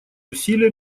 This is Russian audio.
усилия